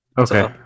Okay